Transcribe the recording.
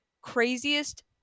craziest